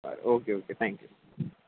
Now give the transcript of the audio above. बरं okay okay thank you